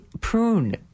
prune